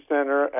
Center